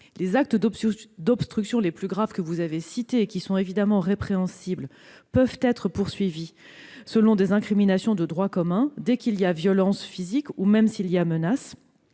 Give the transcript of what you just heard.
-les actes d'obstruction les plus graves. Les faits que vous avez mentionnés, qui sont évidemment répréhensibles, peuvent être poursuivis selon des incriminations de droit commun, dès lors qu'il y a violence physique ou même en cas de menace.